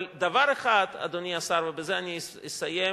אבל דבר אחד, אדוני השר, ובזה אני אסיים,